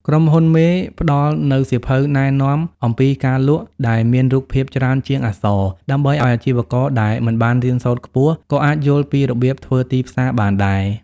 ក្រុមហ៊ុនមេផ្ដល់នូវ "សៀវភៅណែនាំអំពីការលក់" ដែលមានរូបភាពច្រើនជាងអក្សរ ដើម្បីឱ្យអាជីវករដែលមិនបានរៀនសូត្រខ្ពស់ក៏អាចយល់ពីរបៀបធ្វើទីផ្សារបានដែរ។